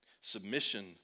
Submission